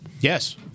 Yes